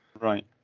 right